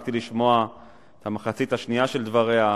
שהספקתי לשמוע את המחצית השנייה של דבריה,